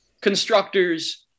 constructors